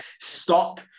stop